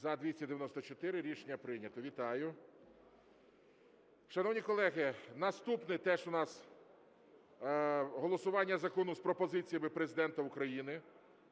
За-294 Рішення прийнято. Вітаю! Шановні колеги, наступне теж у нас голосування закону з пропозиціями Президента України.